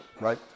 right